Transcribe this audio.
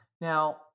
Now